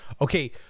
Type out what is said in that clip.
Okay